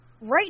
right